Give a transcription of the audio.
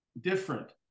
different